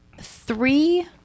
three